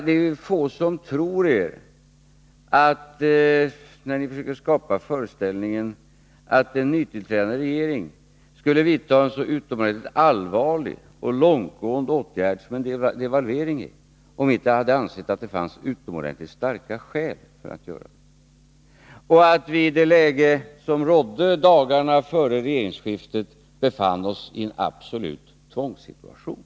Det är få som tror er när ni försöker skapa föreställningen att en nytillträdande regering skulle vidta en så utomordentligt allvarlig och 49 långtgående åtgärd som en devalvering är om man inte hade ansett att det fanns utomordentligt starka skäl för att göra det. Och i det läge som rådde dagarna före regeringsskiftet befann vi oss i en absolut tvångssituation.